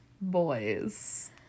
boys